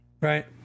Right